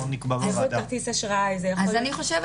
לא צריך